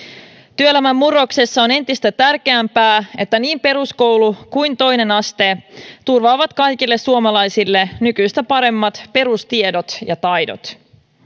työelämän murroksessa on entistä tärkeämpää että niin peruskoulu kuin myös toinen aste turvaavat kaikille suomalaisille nykyistä paremmat perustiedot ja taidot